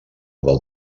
del